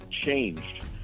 changed